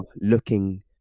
looking